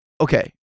Okay